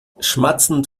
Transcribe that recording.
schmatzend